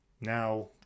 now